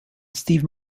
steve